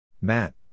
Matt